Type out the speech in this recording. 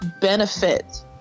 benefit